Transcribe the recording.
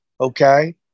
okay